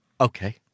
Okay